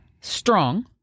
strong